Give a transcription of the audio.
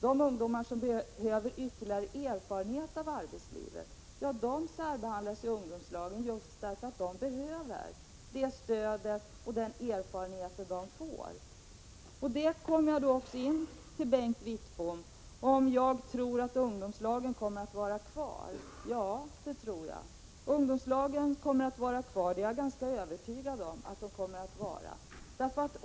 De ungdomar som behöver ytterligare erfarenhet av arbetslivet särbehandlas i ungdomslagen = Prot. 1985/86:108 just därför att de skall få stöd och hjälp. 3 april 1986 Bengt Wittbom frågade om jag tror att ungdomslagen kommer att vara kvar. Ja, jag är ganska övertygad om det.